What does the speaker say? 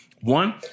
One